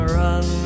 run